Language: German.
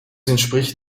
entspricht